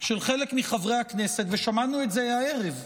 של חלק מחברי הכנסת, ושמענו את זה הערב,